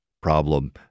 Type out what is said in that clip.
problem